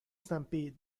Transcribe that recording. stampede